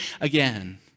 again